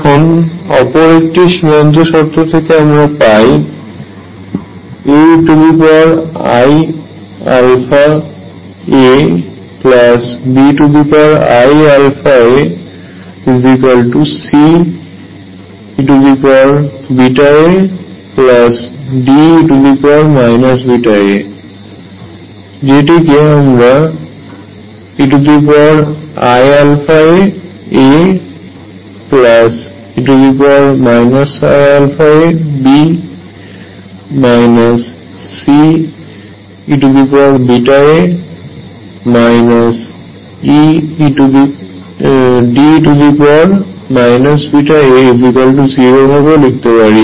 এখন অপর একটি সীমান্ত শর্ত থেকে আমরা পাই AeiαaBe iαaCeβaDe βa যেটিকে আমরা eiαaAe iαaB Ceβa e βaD0 ভাবেও লিখতে পারি